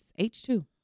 h2